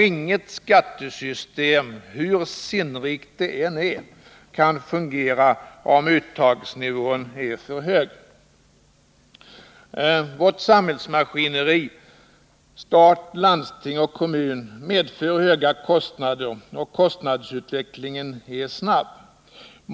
Inget skattesystem, hur sinnrikt det än är, kan fungera om uttagsnivån är för hög. Vårt samhällsmaskineri — stat, landsting och kommun — medför höga kostnader, och kostnadsutvecklingen är snabb.